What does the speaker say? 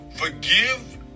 Forgive